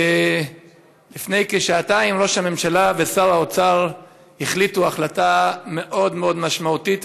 לפני כשעתיים ראש הממשלה ושר האוצר החליטו החלטה מאוד מאוד משמעותית,